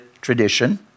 tradition